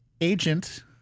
agent